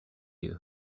you